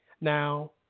Now